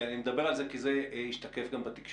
אני מדבר על זה כי זה השתקף גם בתקשורת.